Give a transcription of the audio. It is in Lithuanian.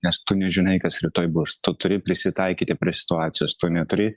nes tu nežinai kas rytoj bus tu turi prisitaikyti prie situacijos to neturi